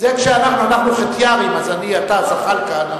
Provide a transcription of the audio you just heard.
אנחנו חתיארים, אני, אתה, זחאלקה.